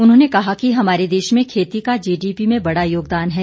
उन्होंने कहा कि हमारे देश में खेती का जीडीपी में बड़ा योगदान है